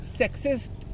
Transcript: sexist